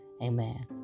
Amen